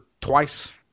twice